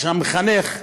המחנך,